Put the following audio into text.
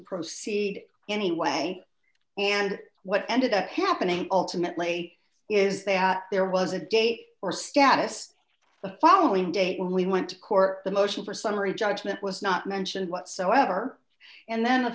proceed anyway and what ended up happening ultimately is they had there was a date or status the following day when we went to court the motion for summary judgment was not mentioned whatsoever and then the